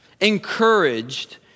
encouraged